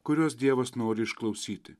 kuriuos dievas nori išklausyti